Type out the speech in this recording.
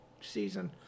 season